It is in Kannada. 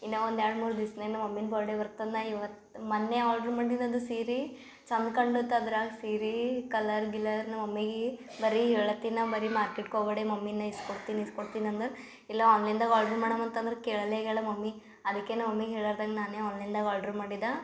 ಇನ್ನೋ ಒಂದು ಎರಡು ಮೂರು ದಿಸ್ನೇನೋ ಮಮ್ಮಿಂದ ಬರ್ಡೆ ಬರ್ತದ ನಾ ಇವತ್ತು ಮನ್ನೆ ಆರ್ಡ್ರು ಮಾಡಿದದು ಸೀರಿ ಚಂದ ಕಂಡತ್ ಅದ್ರಾಗ ಸೀರಿ ಕಲ್ಲರ್ ಗಿಲ್ಲರ್ ನಮ್ಮ ಮಮ್ಮಿಗೆ ಬರೀ ಹೇಳತ್ತಿನ ಬರಿ ಮಾರ್ಕೆಟ್ಗೆ ಓಗಡೆ ಮಮ್ಮಿನ ಇಸ್ಕೊಡ್ತೀನಿ ಇಸ್ಕೊಡ್ತೀನಿ ಅಂದು ಇಲ್ಲ ಆನ್ಲೈನ್ದಾಗ ಆರ್ಡ್ರ್ ಮಾಡಮ್ ಅಂತಂದ್ರೆ ಕೇಳಲೆ ಗೇಳ್ ಮಮ್ಮಿ ಅದಕ್ಕೆ ನಾ ಮಮ್ಮಿಗೆ ಹೇಳ್ಲಾರ್ದಂಗ ನಾನೇ ಆನ್ಲೈನ್ದಾಗ ಆರ್ಡ್ರು ಮಾಡಿದೆ